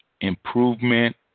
improvement